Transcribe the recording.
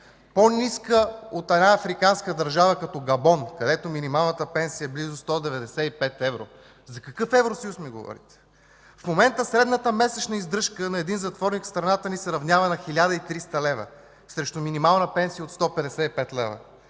по-ниска от една африканска държава, като Габон, където минималната пенсия е близо 195 евро! За какъв Евросъюз ми говорите? В момента средната месечна издръжка на един затворник в страната ни се равнява на 1300 лв. срещу минимална пенсия от 155 лв.!